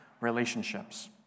relationships